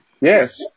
Yes